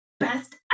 Best